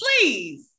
Please